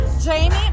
jamie